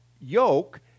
yoke